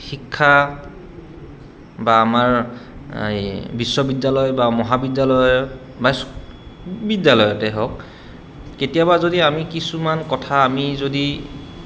শিক্ষা বা আমাৰ এই বিশ্ববিদ্যালয় বা মহাবিদ্যালয় বা বিদ্যালয়তে হওক কেতিয়াবা যদি আমি কিছুমান কথা আমি যদি